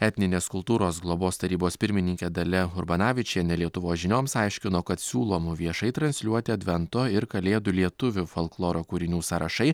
etninės kultūros globos tarybos pirmininkė dalia urbanavičienė lietuvos žinioms aiškino kad siūlomų viešai transliuoti advento ir kalėdų lietuvių folkloro kūrinių sąrašai